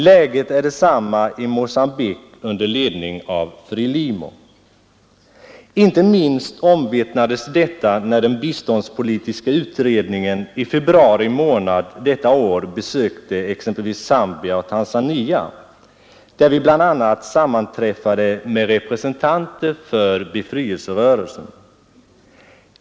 Läget är detsamma i Mogambique under ledning av FRELIMO. Inte minst omvittnades detta när den biståndspolitiska utredningen i februari månad detta år besökte exempelvis Zambia och Tanzania, där vi bl.a. sammanträffade med representanter för befrielserna.